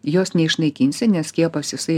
jos neišnaikinsi nes skiepas jisai